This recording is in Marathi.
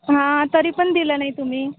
हां तरी पण दिलं नाही तुम्ही